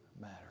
matter